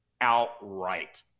outright